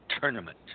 Tournament